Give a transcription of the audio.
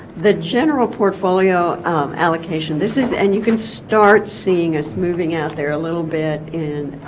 the general portfolio allocation this is and you can start seeing us moving out there a little bit in